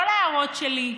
לא להערות שלי,